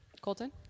Colton